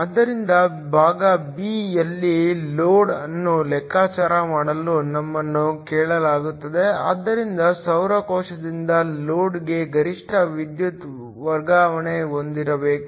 ಆದ್ದರಿಂದ ಭಾಗ ಬಿ ಯಲ್ಲಿ ಲೋಡ್ ಅನ್ನು ಲೆಕ್ಕಾಚಾರ ಮಾಡಲು ನಮ್ಮನ್ನು ಕೇಳಲಾಗುತ್ತದೆ ಆದ್ದರಿಂದ ಸೌರ ಕೋಶದಿಂದ ಲೋಡ್ಗೆ ಗರಿಷ್ಠ ವಿದ್ಯುತ್ ವರ್ಗಾವಣೆಯನ್ನು ಹೊಂದಿಸಬೇಕು